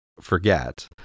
forget